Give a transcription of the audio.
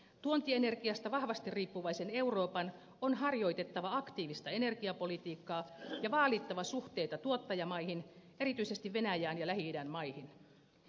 tuontienergiasta vahvasti riippuvaisen euroopan on harjoitettava aktiivista energiapolitiikkaa ja vaalittava suhteita tuottajamaihin erityisesti venäjään ja lähi idän maihin